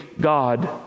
God